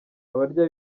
abarya